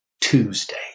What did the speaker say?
Tuesday